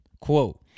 Quote